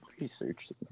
research